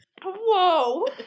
Whoa